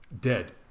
dead